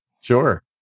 Sure